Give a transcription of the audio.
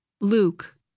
Luke